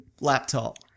laptop